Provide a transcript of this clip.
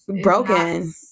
broken